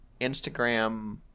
Instagram